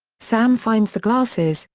sam finds the glasses,